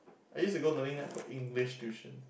I used to go Learning Lab for English tuition